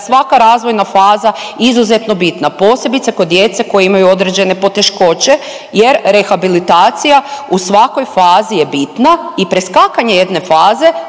svaka razvojna faza izuzetno bitna posebice kod djece koji imaju određene poteškoće jer rehabilitacija u svakoj fazi je bitna i preskakanje jedne faze